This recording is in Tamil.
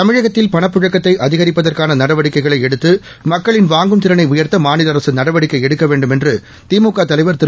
தமிழகத்தில் பணப்புழக்கத்தை அதிகரிப்பதற்கான நடவடிக்கைகளை எடுத்து மக்களின் வாங்கும் திறனை உயர்த்த மாநில அரசு நடவடிக்கை எடுக்க வேண்டும் என்று திமுக தலைவர் திரு